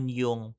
yung